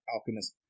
Alchemist